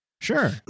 Sure